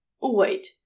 Wait